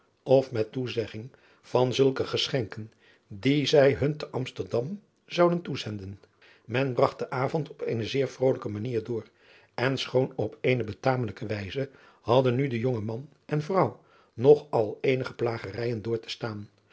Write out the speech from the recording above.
of met toezegging van zulke geschenken die zij hun te msterdam zouden toezenden en bragt den avond op eene zeer vrolijke manier door en schoon op eene betamelijke wijze hadden nu de jonge man en vrouw nog al eenige plagerijen door te staan